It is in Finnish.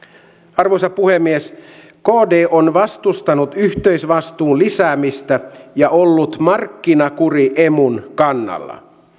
arvoisa puhemies kd on vastustanut yhteisvastuun lisäämistä ja ollut markkinakuri emun kannalla